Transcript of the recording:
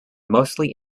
mostly